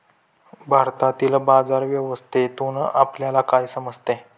भारतातील बाजार व्यवस्थेतून आपल्याला काय समजते?